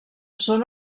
són